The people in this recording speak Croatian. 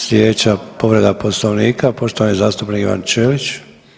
Slijedeća povreda Poslovnika poštovani zastupnik Ivan Ćelić.